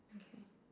okay